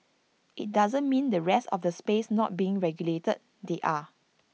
IT doesn't mean the rest of the space not being regulated they are